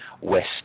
west